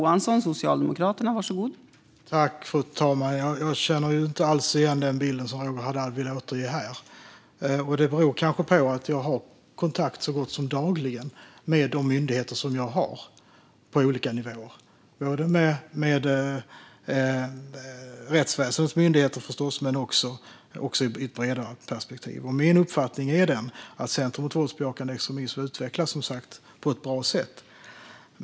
Fru talman! Jag känner inte alls igen den bild som Roger Haddad vill återge här. Det beror kanske på att jag så gott som dagligen har kontakt med myndigheter på olika nivåer, med rättsväsendets myndigheter förstås men också i ett bredare perspektiv. Min uppfattning är den att Center mot våldsbejakande extremism utvecklas på ett bra sätt.